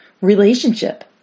relationship